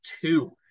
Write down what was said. two